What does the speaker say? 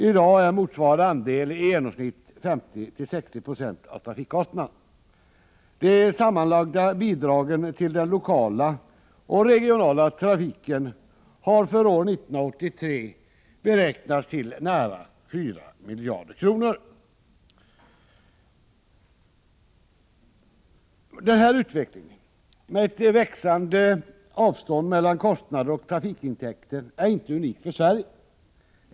I dag är motsvarande andel i genomsnitt 50-60 26. De sammanlagda bidragen till den lokala och regionala trafiken har för år 1983 beräknats till nära 4 miljarder kronor. Den här utvecklingen, med ett växande avstånd mellan kostnader och trafikintäkter, är inte unik för Sverige.